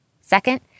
Second